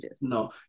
No